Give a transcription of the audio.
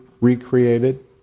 recreated